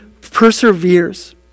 perseveres